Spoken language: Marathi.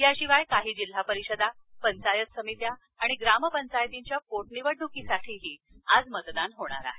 याशिवाय काही जिल्हापरिषदा पंचायत समित्या आणि ग्रामपंचायतींच्या पोटनिवडण्कीसाठीही आज मतदान होईल